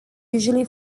usually